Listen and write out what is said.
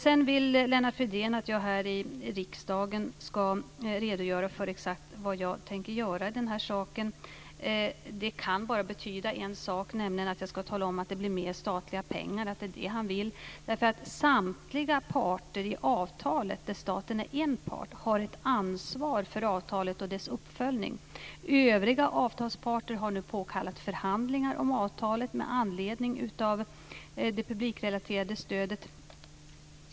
Sedan vill Lennart Fridén att jag här i riksdagen ska redogöra för exakt vad jag tänker göra i den här saken. Det kan bara betyda en sak, nämligen att jag ska tala om att det blir mer statliga pengar, att det är det han vill. Samtliga parter i avtalet, där staten är en part, har ett ansvar för avtalet och dess uppföljning. Övriga avtalsparter har nu påkallat förhandlingar om avtalet med anledning av det publikrelaterade stödet.